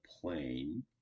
plane